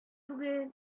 түгел